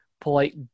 polite